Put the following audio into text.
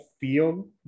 feel